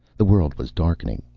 the world was darkening.